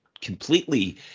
completely